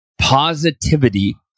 Positivity